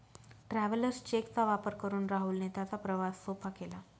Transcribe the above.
travellers cheque चा वापर करून राहुलने त्याचा प्रवास सोपा केला